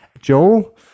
Joel